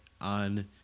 on